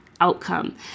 outcome